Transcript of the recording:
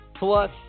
Plus